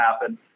happen